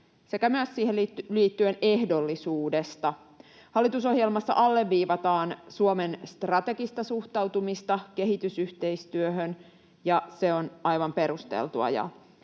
sekä siihen liittyen myös ehdollisuudesta. Hallitusohjelmassa alleviivataan Suomen strategista suhtautumista kehitysyhteistyöhön, ja se on aivan perusteltua